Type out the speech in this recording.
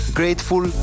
grateful